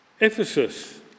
Ephesus